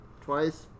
twice